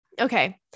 Okay